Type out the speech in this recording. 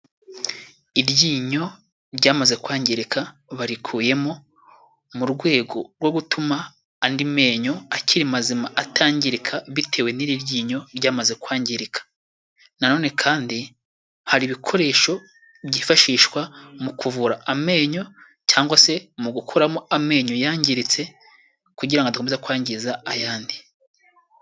Iryinyo ryamaze kwangirika barikuyemo mu rwego rwo gutuma andi menyo akiri mazima atangirika bitewe n'iri ryinyo ryamaze kwangirika, nanone kandi hari ibikoresho byifashishwa mu kuvura amenyo cyangwa se mu gukuramo amenyo yangiritse kugira ngo adakomeza kwangiza ayandi.